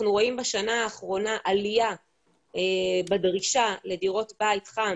אנחנו רואים בשנה האחרונה עליה בדרישה לדירות בית חם